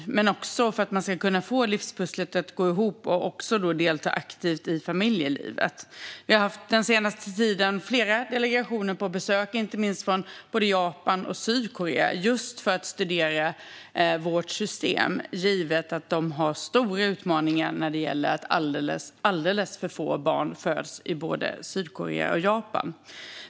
Det handlar också om att de ska få livspusslet att gå ihop och kunna delta aktivt i familjelivet. Vi har den senaste tiden haft flera delegationer på besök, bland annat från Japan och Sydkorea, för att just studera vårt system. Både i Sydkorea och i Japan har man stora utmaningar i och med att alldeles för få barn föds.